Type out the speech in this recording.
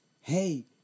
Hey